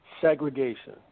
segregation